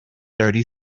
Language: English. thirty